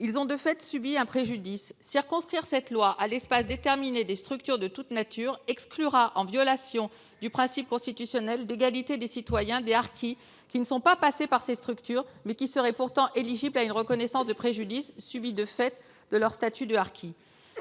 Ils ont de fait subi un préjudice. Circonscrire ce projet de loi à l'espace déterminé des structures de toute nature exclura, en violation du principe constitutionnel d'égalité des citoyens, des harkis qui ne sont pas passés par ces structures, mais qui seraient pourtant éligibles à une reconnaissance du préjudice subi du fait de leur statut.